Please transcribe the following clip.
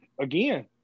again